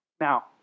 Now